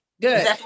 Good